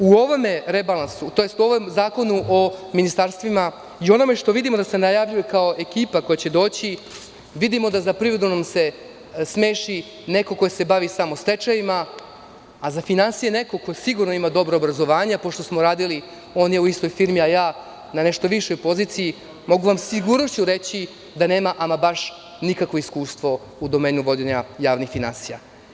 U ovom rebalansu, tj. u ovom zakonu o ministarstvima i onome što vidimo da se najavljuje kao ekipa koja će doći vidimo da za privredu nam se smeši neko ko se bavi samo stečajevima, a za finansije neko ko sigurno ima dobro obrazovanje, a pošto smo radili on i ja u istoj firmi, ja na nešto višoj poziciji, mogu vam sa sigurnošću reći da nema ama baš nikakvo iskustvo u domenu vođenja javnih finansija.